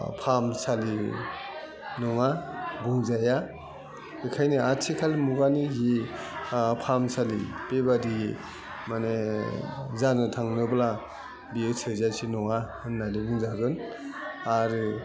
फाहामसालि नङा बुंजाया बेखायनो आथिखाल मुगानि जि फाहामसालि बेबादि माने जानो थाङोब्ला बियो सोजासे नङा होन्नानै बुंजागोन आरो